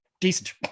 decent